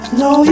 no